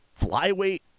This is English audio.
flyweight